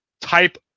type